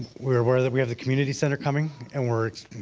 we're aware that we have the community center coming, and we're